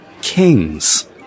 kings